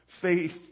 faith